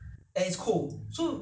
it's it's fresh it's soft